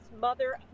mother